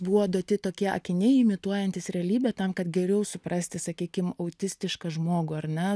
buvo duoti tokie akiniai imituojantys realybę tam kad geriau suprasti sakykim autistišką žmogų ar ne